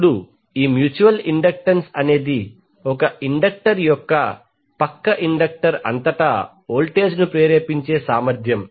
ఇప్పుడు ఈ mutual inductance అనేది ఒక ఇండక్టర్ యొక్క పక్క ఇండక్టర్ అంతటా వోల్టేజ్ను ప్రేరేపించే సామర్ధ్యం